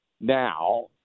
now